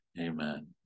Amen